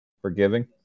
Forgiving